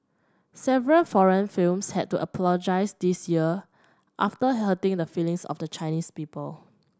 several foreign films had to apologise this year after hurting the feelings of the Chinese people